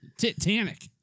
Titanic